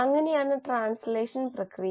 അങ്ങനെയാണ് ട്രാൻസ്ലേഷൻ പ്രക്രിയ